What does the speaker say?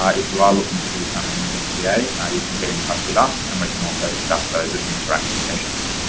if you are looking to do something and with sta or you can get in touch with us and we can also discuss those at the interactive sessions.